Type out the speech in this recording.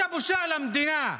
אתה בושה למדינה.